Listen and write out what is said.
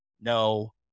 No